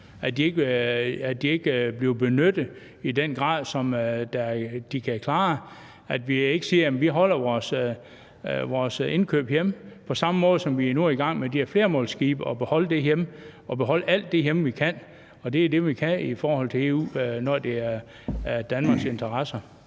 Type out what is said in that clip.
bliver ikke benyttet i den grad, som de kan klare, altså at vi ikke siger, at vi holder vores indkøb hjemme på den samme måde, som vi nu er i gang med i forhold til de her flermålskibe, altså at beholde det hjemme og beholde alt det hjemme, vi kan. Det er det, vi kan, i forhold til EU, når det gælder Danmarks interesser.